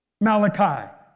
Malachi